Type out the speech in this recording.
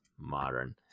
modern